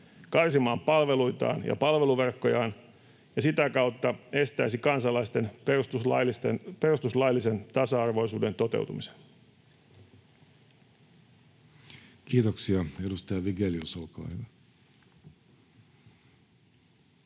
karsimaan palveluitaan ja palveluverkkojaan ja sitä kautta estäisi kansalaisten perustuslaillisen tasa-arvoisuuden toteutumisen. [Speech 278] Speaker: Jussi Halla-aho